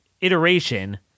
iteration